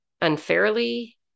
unfairly